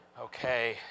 Okay